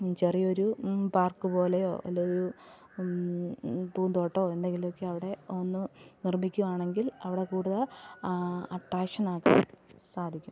ചെറിയൊരു പാർക്ക് പോലെയോ അല്ലെങ്കിലൊരു പൂന്തോട്ടമോ എന്തെങ്കിലുമൊക്കെ അവിടെ ഒന്ന് നിർമ്മിക്കുകയാണെങ്കിൽ അവിടെ കൂടുതൽ അട്ട്രാക്ഷൻ ആക്കാൻ സാധിക്കും